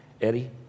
Eddie